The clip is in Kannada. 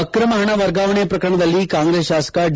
ಅಕ್ರಮ ಹಣ ವರ್ಗಾವಣೆ ಪ್ರಕರಣದಲ್ಲಿ ಕಾಂಗ್ರೆಸ್ ಶಾಸಕ ಡಿ